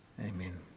Amen